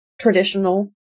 traditional